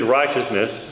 righteousness